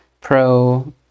pro